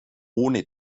ohne